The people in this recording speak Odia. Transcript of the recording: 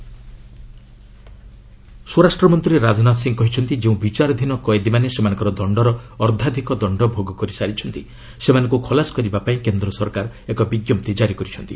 ୟୁପି ଅଣ୍ଡର୍ଟ୍ରାୟଲ୍ସ ସ୍ୱରାଷ୍ଟ୍ରମନ୍ତ୍ରୀ ରାଜନୀଥ ସିଂ କହିଛନ୍ତି ଯେଉଁ ବିଚାରାଧୀନ କଏଦୀମାନେ ସେମାନଙ୍କ ଦଣ୍ଡର ଅର୍ଦ୍ଧାଧିକ ଦଣ୍ଡ ଭୋଗ କରିସାରିଛନ୍ତି ସେମାନଙ୍କୁ ଖଲାସ କରିବା ପାଇଁ କେନ୍ଦ୍ର ସରକାର ଏକ ବିଜ୍ଞପ୍ତି ଜାରି କରିଛନ୍ତି